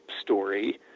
story